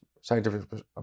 scientific